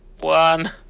One